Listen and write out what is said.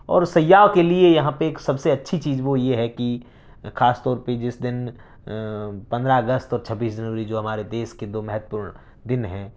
اور سیاح کے لیے یہاں پہ ایک سب سے اچھی چیز وہ یہ ہے کی خاص طور پہ جس دن پندرہ اگست اور چھبیس جنوری جو ہمارے دیس کے دو مہتپورن دن ہیں